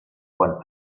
quan